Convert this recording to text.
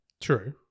True